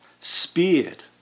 speared